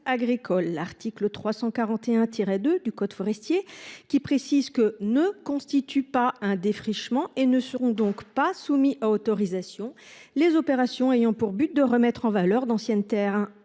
l’article L. 341 2 du code forestier précise que « ne constituent pas un défrichement », et ne sont donc pas soumises à autorisation, « les opérations ayant pour but de remettre en valeur » d’anciennes terres